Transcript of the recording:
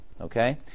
okay